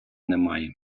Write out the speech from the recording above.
немає